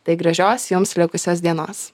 tai gražios jums likusios dienos